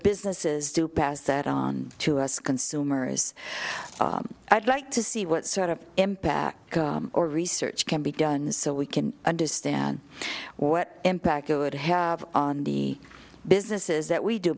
businesses do pass that on to us consumers i'd like to see what sort of impact or research can be done so we can understand what impact it would have on the businesses that we do